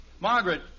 Margaret